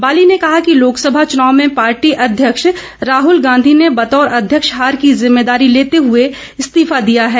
बाली ने कहा कि लोकसभा चुनाव में पार्टी अध्यक्ष राहुल गांधी ने बतौर अध्यक्ष हार की जिम्मेदारी लेते हुए इस्तीफा दिया है